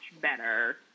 better